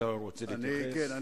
אתה רוצה להתייחס?